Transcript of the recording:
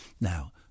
Now